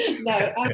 no